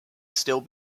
still